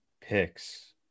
picks